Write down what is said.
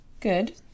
Good